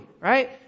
right